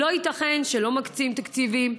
לא ייתכן שלא מקצים תקציבים,